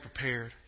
prepared